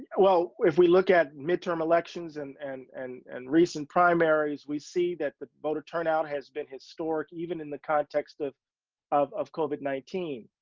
well, if we look at midterm elections and, and, and, and recent primaries, we see that the voter turnout has been historic, even in the context of of covid nineteen.